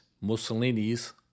Mussolini's